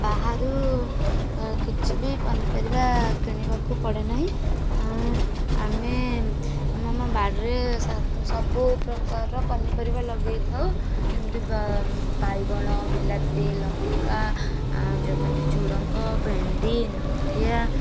ବାହାରୁ କିଛି ବି ପନିପରିବା କିଣିବାକୁ ପଡ଼େ ନାହିଁ ଆମେ ଆମେ ଆମ ବାଡ଼ିରେ ସବୁ ପ୍ରକାରର ପନିପରିବା ଲଗାଇ ଥାଉ ଯେମିତି ବାଇଗଣ ବିଲାତି ଲଙ୍କା ଆଉ ଯେଉଁ କହନ୍ତି ଝୁଡ଼ଙ୍ଗ ଭେଣ୍ଡି ନୋଧିଆ